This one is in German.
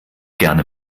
gerne